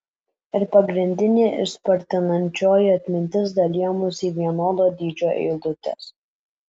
ir pagrindinė ir spartinančioji atmintis dalijamos į vienodo dydžio eilutes